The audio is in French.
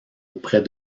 auprès